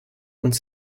uns